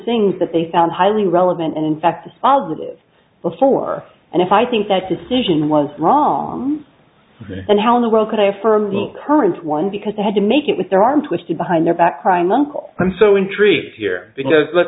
things that they found highly relevant and in fact to solve this before and if i think that decision was wrong and how in the world could i affirm the current one because they had to make it with their arm twisted behind their back prime uncle i'm so intrigued here because the